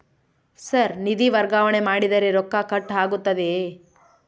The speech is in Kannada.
ಸರ್ ನಿಧಿ ವರ್ಗಾವಣೆ ಮಾಡಿದರೆ ರೊಕ್ಕ ಕಟ್ ಆಗುತ್ತದೆಯೆ?